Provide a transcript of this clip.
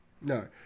No